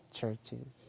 churches